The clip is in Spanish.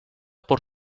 por